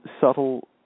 subtle